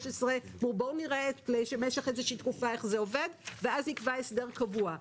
אמרו: בואו נראה במשך תקופה מסוימת איך זה עובד ואז נקבע הסדר קבוע.